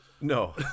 No